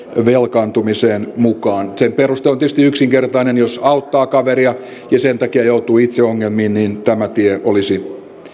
velkaantumiseen mukaan sen peruste on tietysti yksinkertainen jos auttaa kaveria ja sen takia joutuu itse ongelmiin niin tämä tie olisi